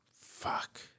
fuck